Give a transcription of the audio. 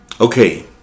Okay